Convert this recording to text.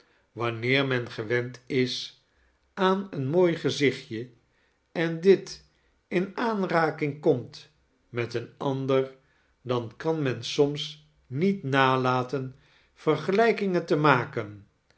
wanneer men gewend is aan een mooi gezichtje en dit in aanraking komt met een ander dan kan men soms niet nalaten vergelijkingen te maken